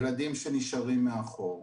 ילדים שנשארים מאחור,